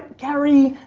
gary,